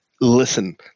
Listen